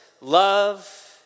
Love